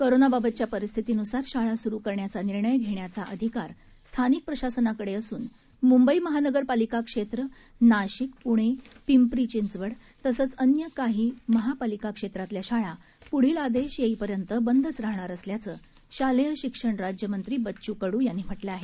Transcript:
कोरोनाबाबतच्या परिस्थितीन्सार शाळा स्रू करण्याचा निर्णय घेण्याचा अधिकार स्थानिक प्रशासनाकडे असून मूंबई महानगरपालिका क्षेत्र नाशिक प्णे पिंपरी चिंचवड तसंच अन्य काही महापालिका क्षेत्रातल्या शाळा पुढील आदेश येईपर्यंत बंदच राहणार असल्याचं शालेय शिक्षण राज्य मंत्री बच्चू कडू यांनी म्हटलं आहे